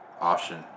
option